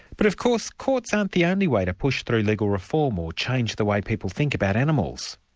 but of course courts aren't the only way to push through legal reform or change the way people think about animals.